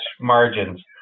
margins